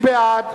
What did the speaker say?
מי בעד?